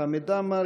חמד עמאר,